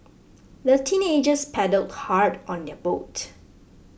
the teenagers paddled hard on their boat